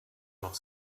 noch